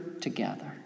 together